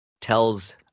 tells